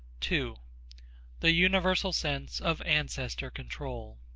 to the universal sense of ancestor control